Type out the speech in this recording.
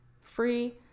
free